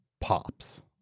pops